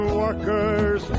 workers